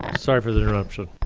sorry for the interruption.